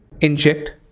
inject